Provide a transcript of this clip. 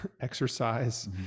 exercise